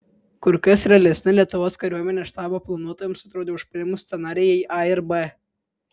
kur kas realesni lietuvos kariuomenės štabo planuotojams atrodė užpuolimų scenarijai a ir b